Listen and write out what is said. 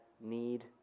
need